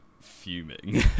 Fuming